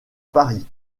paris